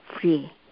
free